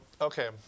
okay